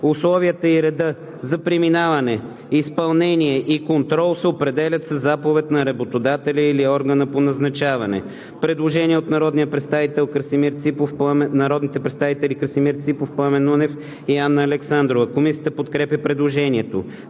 Условията и редът за преминаване, изпълнение и контрол се определят със заповед на работодателя или органа по назначаване.“ Предложение от народните представители Красимир Ципов, Пламен Нунев и Анна Александрова. Комисията подкрепя предложението.